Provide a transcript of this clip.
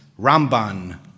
Ramban